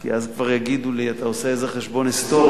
כי אז כבר יגידו לי: אתה עושה איזה חשבון היסטורי.